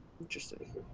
Interesting